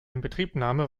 inbetriebnahme